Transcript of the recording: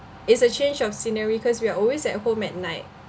it's a change of scenery because we are always at home at night